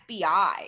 FBI